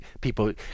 People